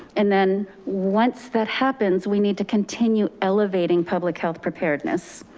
and then once that happens, we need to continue elevating public health preparedness.